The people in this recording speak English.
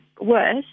worse